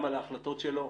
גם על ההחלטות שלו.